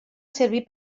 servir